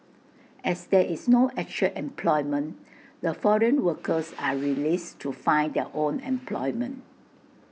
as there is no actual employment the foreign workers are released to find their own employment